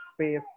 space